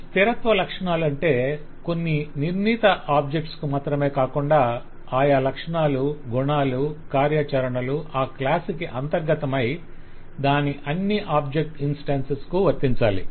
స్థిరత్వ లక్షణాలు అంటే కొన్ని నిర్ణీత ఆబ్జెక్ట్స్ కు మాత్రమే కాకుండా ఆయా లక్షణాలు గుణాలు కార్యాచరణలు ఆ క్లాస్ కి అంతర్గతమై దాని అన్ని ఆబ్జెక్ట్ ఇన్స్టాన్సెస్ కు వర్తించాలి